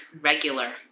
regular